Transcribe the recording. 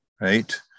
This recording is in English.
right